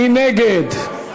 מי נגד?